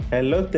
Hello